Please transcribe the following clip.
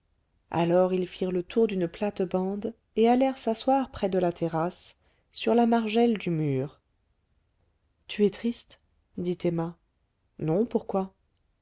alors ils firent le tour d'une plate-bande et allèrent s'asseoir près de la terrasse sur la margelle du mur tu es triste dit emma non pourquoi